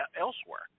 elsewhere